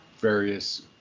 various